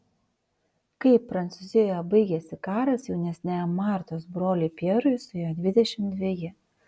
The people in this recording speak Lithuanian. kai prancūzijoje baigėsi karas jaunesniajam martos broliui pjerui suėjo dvidešimt dveji